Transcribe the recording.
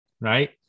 right